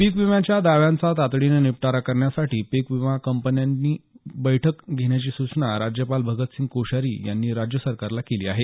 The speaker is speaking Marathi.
पीक विम्यांच्या दाव्यांचा तातडीनं निपटारा करण्यासाठी विमा कंपन्यांची बैठक घेण्याची सूचना राज्यपाल भगतसिंह कोश्यारी यांनी राज्य सरकारला केली आहे